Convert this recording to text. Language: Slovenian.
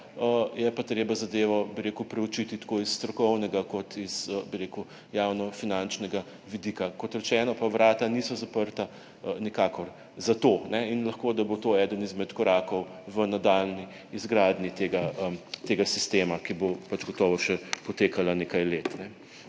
je pa treba zadevo preučiti tako iz strokovnega kot iz javnofinančnega vidika. Kot rečeno pa vrata niso zaprta nikakor za to in lahko, da bo to eden izmed korakov v nadaljnji izgradnji tega sistema, ki bo pač gotovo potekala še nekaj let.